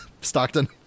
Stockton